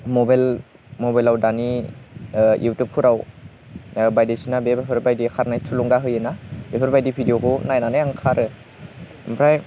मबाइलाव दानि युटुबफोराव बायदिसिना बेफोरबायदि खारनाय थुलुंगा होयोना बेफोरबायदि भिडिय'फोरखौ नायनानै आं खारो ओमफ्राय